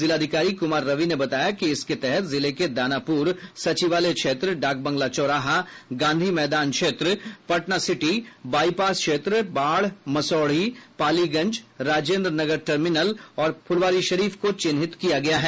जिलाधिकारी कुमार रवि ने बताया कि इसके तहत जिले के दानापुर सचिवालय क्षेत्र डाकबंगला चौराहा गांधी मैदान का इलाका पटना सिटी बाईपास क्षेत्र बाढ़ मसौढ़ी पालीगंज राजेन्द्रनगर टर्मिनल और फुलवारीशरीफ को चिन्हित किया गया है